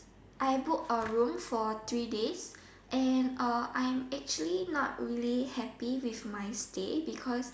I book a room for three days and I'm actually not really happy with my stay because